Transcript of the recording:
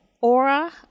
aura